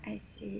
I see